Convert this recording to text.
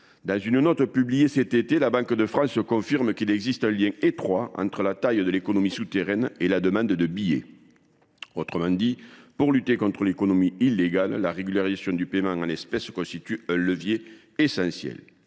Dans une note publiée cet été, la Banque de France confirme qu’il existe un lien étroit entre la taille de l’économie souterraine et la demande de billets. Autrement dit, la régulation du paiement en espèces constitue un levier essentiel